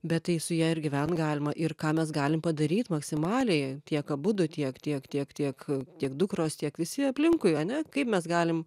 bet tai su ja ir gyvent galima ir ką mes galim padaryt maksimaliai tiek abudu tiek tiek tiek tiek tiek dukros tiek visi aplinkui ane kaip mes galim